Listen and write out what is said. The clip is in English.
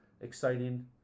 exciting